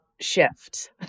shift